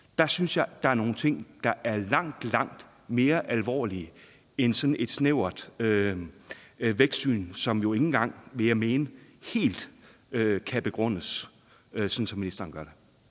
Europa står i, er nogle ting, der er langt, langt mere alvorlige end sådan et snævert vækstsyn, som jo ikke engang, vil jeg mene, helt kan begrundes, sådan som ministeren gør.